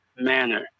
manner